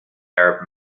arab